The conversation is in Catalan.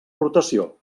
rotació